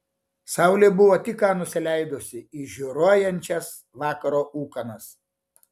saulė buvo tik ką nusileidusi į žioruojančias vakaro ūkanas